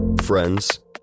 friends